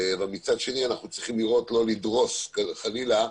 אבל מצד שני אנחנו צריכים לראות לא לדרוס, חלילה,